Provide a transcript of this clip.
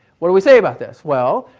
what do we say about this? well,